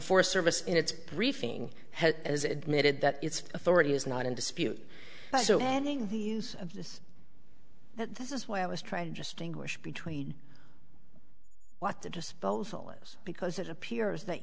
for service in its briefing as admitted that its authority is not in dispute so ending the use of this this is why i was trying to distinguish between what the disposal is because it appears that